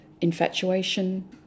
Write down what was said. infatuation